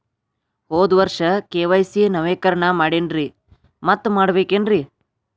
ಹೋದ ವರ್ಷ ಕೆ.ವೈ.ಸಿ ನವೇಕರಣ ಮಾಡೇನ್ರಿ ಮತ್ತ ಮಾಡ್ಬೇಕೇನ್ರಿ?